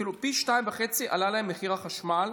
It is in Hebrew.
כאילו פי שניים וחצי עלה להם מחיר החשמל.